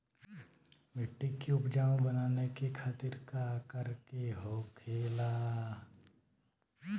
मिट्टी की उपजाऊ बनाने के खातिर का करके होखेला?